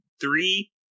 three